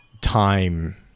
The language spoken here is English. time